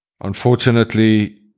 unfortunately